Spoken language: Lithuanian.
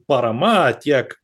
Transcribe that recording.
parama tiek